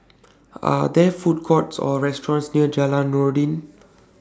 Are There Food Courts Or restaurants near Jalan Noordin